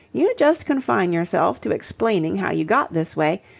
you just confine yourself to explaining how you got this way,